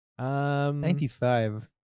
95